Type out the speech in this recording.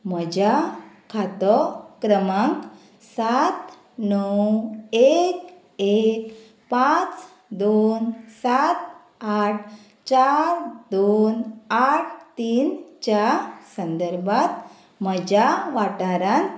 म्हज्या खातो क्रमांक सात णव एक एक पांच दोन सात आठ चार दोन आठ तीन च्या संदर्भात म्हज्या वाठारांत